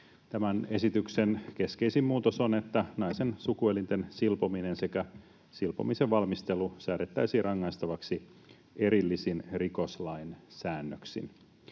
Tämän esityksen keskeisin muutos on, että naisen sukuelinten silpominen sekä silpomisen valmistelu säädettäisiin rangaistavaksi erillisin rikoslain säännöksin.